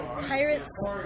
Pirates